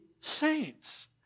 saints